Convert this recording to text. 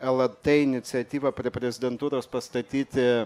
lrt iniciatyva prie prezidentūros pastatyti